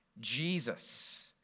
Jesus